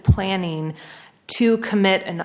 planning to commit an